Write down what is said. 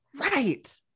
Right